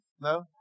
No